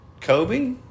kobe